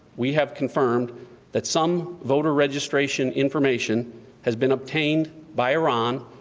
we have confirmed that some voter registration information has been obtained by iran,